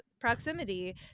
proximity